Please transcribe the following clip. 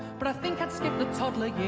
but i think i'd skip the toddler